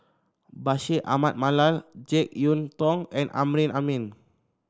Bashir Ahmad Mallal JeK Yeun Thong and Amrin Amin